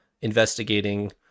investigating